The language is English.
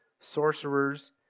sorcerers